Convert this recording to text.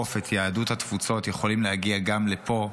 לתקוף את יהדות התפוצות יכולים להגיע גם לפה,